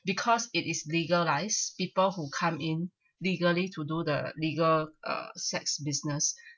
because it is legalised people who come in legally to do the legal uh sex business